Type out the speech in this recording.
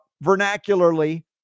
vernacularly